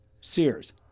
Sears